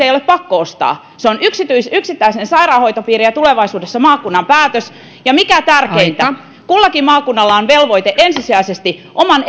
ei ole pakko ostaa se on yksittäisen sairaanhoitopiirin ja tulevaisuudessa maakunnan päätös ja mikä tärkeintä kullakin maakunnalla on velvoite ensisijaisesti oman